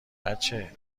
بچه